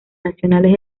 nacionales